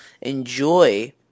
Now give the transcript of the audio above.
enjoy